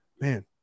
man